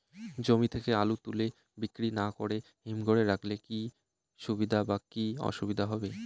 জমি থেকে আলু তুলে বিক্রি না করে হিমঘরে রাখলে কী সুবিধা বা কী অসুবিধা হবে?